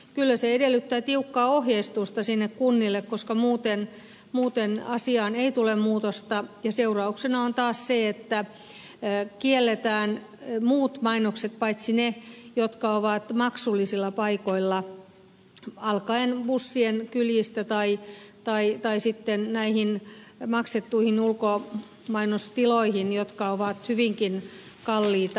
kyllä se edellyttää tiukkaa ohjeistusta sinne kunnille koska muuten asiaan ei tule muutosta ja seurauksena on taas se että kielletään muut mainokset paitsi ne jotka ovat maksullisilla paikoilla bussien kyljissä tai sitten näissä maksetuissa ulkomainostiloissa jotka ovat hyvinkin kalliita